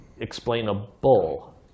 explainable